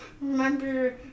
Remember